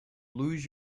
lose